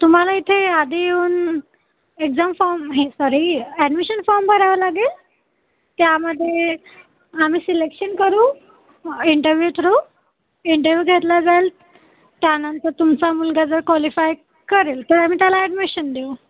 तुम्हाला इथे आधी येऊन एक्झाम फॉर्म हे सॉरी ॲडमिशन फॉर्म भरावं लागेल त्यामध्ये आम्ही सिलेक्शन करू इंटरव्ह्यू थ्रू इंटरव्यू घेतला जाईल त्यानंतर तुमचा मुलगा जर क्वालिफाय करेल तर आम्ही त्याला ॲडमिशन देऊ